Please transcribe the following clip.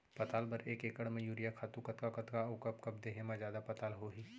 पताल बर एक एकड़ म यूरिया खातू कतका कतका अऊ कब कब देहे म जादा पताल होही?